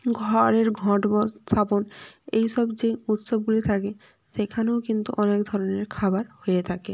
ঘরের ঘট বস স্থাপন এই সব যে উৎসবগুলি থাকে সেখানেও কিন্তু অনেক ধরনের খাবার হয়ে থাকে